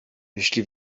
jeśli